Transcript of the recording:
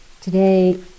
Today